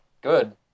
good